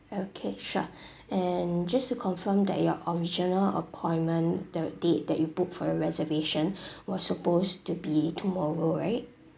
okay sure and just to confirm that your original appointment the date that you booked for your reservation was supposed to be tomorrow right